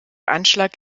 anschlag